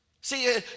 See